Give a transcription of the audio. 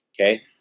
Okay